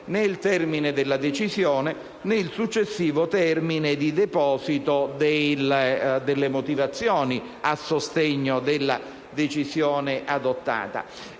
il termine della decisione né il successivo termine di deposito delle motivazioni a sostegno della decisione adottata;